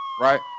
right